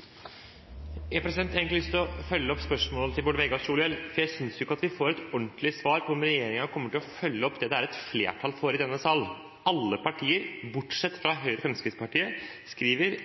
har egentlig lyst til å følge opp spørsmålet til Bård Vegar Solhjell, for jeg synes ikke vi får et ordentlig svar på om regjeringen kommer til å følge opp det som det er et flertall for i denne sal. Alle partier, bortsett fra Høyre og Fremskrittspartiet, skriver: